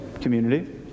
community